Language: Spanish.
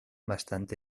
bastante